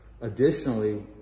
Additionally